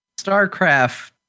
Starcraft